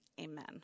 amen